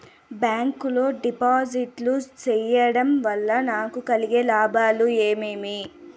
Bank లో డిపాజిట్లు సేయడం వల్ల నాకు కలిగే లాభాలు ఏమేమి?